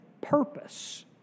purpose